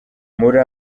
muri